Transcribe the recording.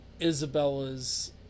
Isabella's